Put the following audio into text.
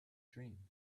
dream